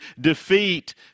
defeat